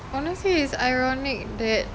honestly it's ironic that